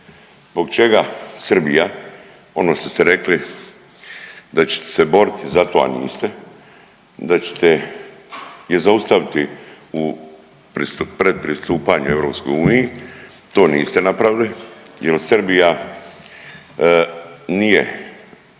zbog čega Srbija, ono što ste rekli da ćete se boriti za to, a niste, da ćete je zaustaviti u pred pristupanju EU, to niste napravili jel Srbija nije